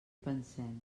pensem